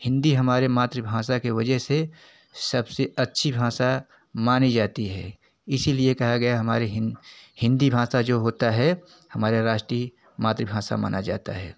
हिंदी हमारी मातृभाषा की वजह से सबसे अच्छी भाषा मानी जाती है इसी लिए कहा गया है हमारी हिंदी भाषा जो होती है हमारे राष्ट्रीय मातृभाषा मानी जाती है